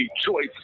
choice